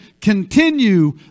continue